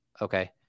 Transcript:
Okay